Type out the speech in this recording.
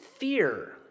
fear